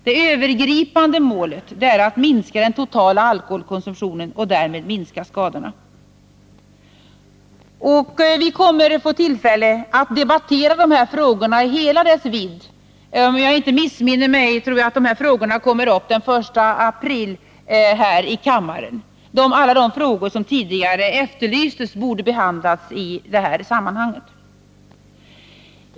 Det övergripande målet är att minska den totala alkoholkonsumtionen och därmed minska skadorna. Vi kommer att få tillfälle att debattera dessa frågor i hela deras vidd. Om jag inte missminner mig kommer de här frågorna upp här i kammaren den 1 april. Alla de frågor som tidigare efterlysts borde behandlas i detta sammanhang.